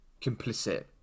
complicit